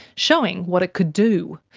showing what it could do.